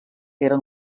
era